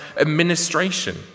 administration